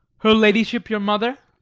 her ladyship, your mother?